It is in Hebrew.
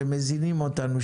שמזינים אותנו,